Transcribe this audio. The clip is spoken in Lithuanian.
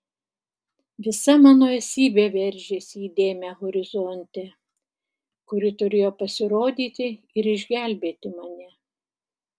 visa mano esybė veržėsi į dėmę horizonte kuri turėjo pasirodyti ir išgelbėti mane